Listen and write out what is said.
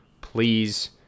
please